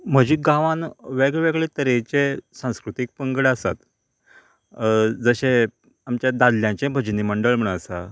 म्हजें गांवान वेगवेगळे तरेचे सांस्कृतीक पंगड आसात जशे आमचे दादल्यांचे भजनी मंडळ म्हूण आसा